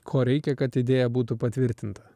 ko reikia kad idėja būtų patvirtinta